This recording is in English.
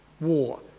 war